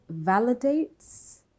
validates